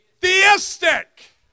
theistic